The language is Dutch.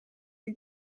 die